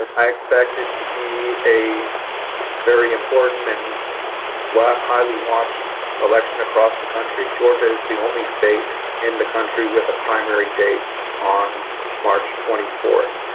i expect it to be a very important and why highly watched election across the country. georgia is the only state in the country with a primary date on march twenty fourth.